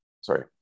sorry